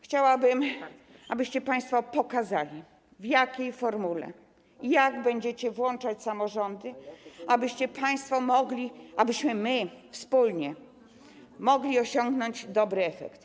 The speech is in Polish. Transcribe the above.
Chciałabym, abyście państwo pokazali, w jakiej formule, jak będziecie włączać samorządy, abyście państwo mogli, abyśmy wspólnie mogli osiągnąć dobry efekt.